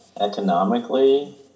economically